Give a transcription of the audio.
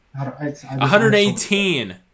118